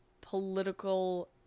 political